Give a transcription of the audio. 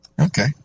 Okay